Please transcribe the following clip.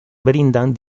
brindan